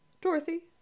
Dorothy